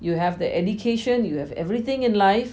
you have the education you have everything in life